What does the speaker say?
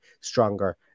stronger